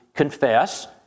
confess